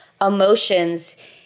emotions